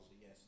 yes